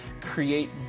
create